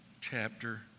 chapter